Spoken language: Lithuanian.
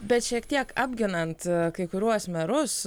bet šiek tiek apginant kai kuruos merus